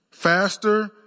Faster